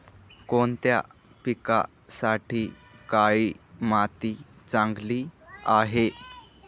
कोणत्या पिकासाठी काळी माती चांगली आहे?